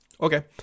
Okay